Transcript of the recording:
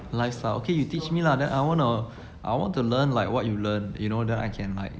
lifestyle okay you teach me lah then I wanna I want to learn like what you learnt you know then I can like